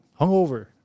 hungover